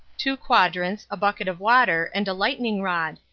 two quadrants, a bucket of water, and a lightning rod.